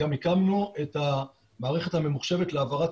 גם הקמנו את המערכת הממוחשבת להעברת